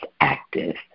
active